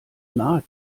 nahe